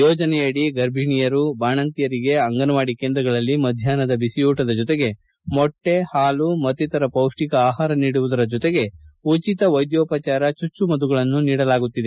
ಯೋಜನೆಯಡಿ ಗರ್ಭಿಣಿಯರು ಬಾಣಂತಿಯರಿಗೆ ಅಂಗನವಾಡಿ ಕೇಂದ್ರಗಳಲ್ಲಿ ಮಧ್ಯಾಷ್ನದ ಬಿಸಿಯೂಟದ ಜೊತೆಗೆ ಮೊಟ್ಟೆ ಹಾಲು ಮಕ್ತಿತರ ಪೌಷ್ಷಿಕ ಆಹಾರ ನೀಡುವುದರ ಜೊತೆಗೆ ಉಚಿತ ವೈದ್ನೋಪಚಾರ ಚುಚ್ಚುಮದ್ದುಗಳನ್ನು ನೀಡಲಾಗುತ್ತಿದೆ